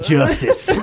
justice